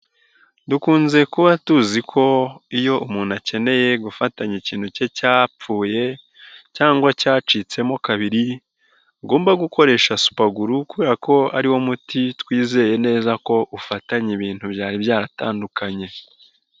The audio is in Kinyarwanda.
Dukunze kuba tuzi ko iyo umuntu akeneye gufatanya ikintu cye cyapfuye cyangwa cyacitsemo kabiri, angomba gukoresha supaguru kubera ko ariwo muti twizeye neza ko ufatanye ibintu byari byatandukanye.